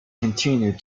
continued